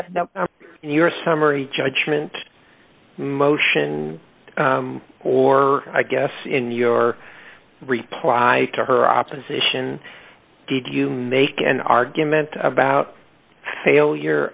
have your summary judgment motion or i guess in your reply to her opposition did you make an argument about failure